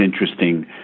interesting